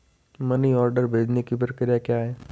Money order भेजने की प्रक्रिया क्या है?